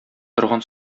торган